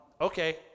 okay